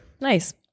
Nice